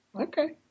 Okay